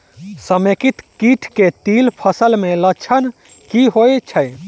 समेकित कीट केँ तिल फसल मे लक्षण की होइ छै?